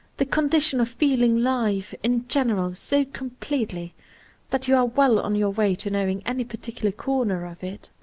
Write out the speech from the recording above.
the condition of feeling life, in general, so completely that you are well on your way to knowing any particular corner of it